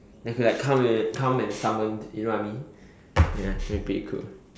they will be like come and come and summon you know what I mean ya that's pretty cool